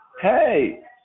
Hey